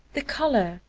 the color,